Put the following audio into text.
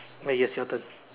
but yes your turn